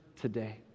today